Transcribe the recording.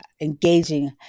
engaging